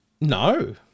No